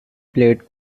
played